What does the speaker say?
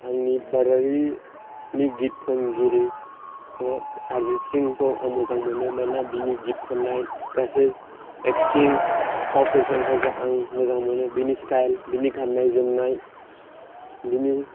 आंनि भारतारिनि गित खनगिरिफ्रा आरजित सिंहखौ मोजां मोनो मानोना बिनि गित खननाय गासै एकटिं फाव फेशनफोरखौ आं मोजां मोनो बिनि स्टाइल बिनि गाननाय जोमनाय बिनि